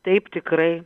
taip tikrai